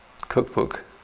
cookbook